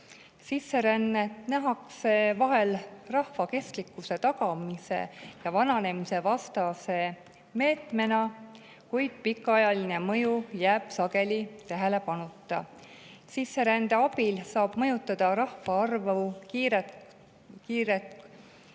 arv. Sisserännet nähakse vahel rahva kestlikkuse tagamise ja [rahvastiku] vananemise vastase meetmena, kuid pikaajaline mõju jääb sageli tähelepanuta. Sisserände abil saab mõjutada rahvaarvu kiire